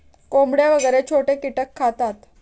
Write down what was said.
कोंबड्या वगैरे छोटे कीटक खातात